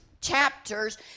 chapters